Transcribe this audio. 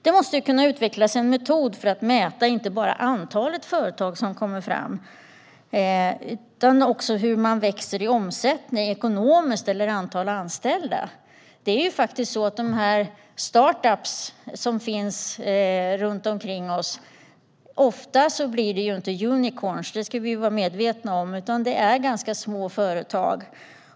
Det måste kunna utvecklas en metod för att mäta inte bara antalet företag som kommer fram utan också hur dessa växer i omsättning ekonomiskt eller antalet anställda. Startup-företagen som finns runt omkring oss blir ju oftast inte unicorns. Det ska vi vara medvetna om. I stället är det ofta ganska små företag.